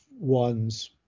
One's